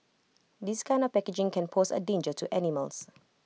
this kind of packaging can pose A danger to animals